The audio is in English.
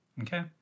okay